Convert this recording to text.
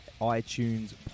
iTunes